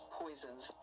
poisons